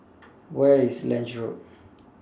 Where IS Lange Road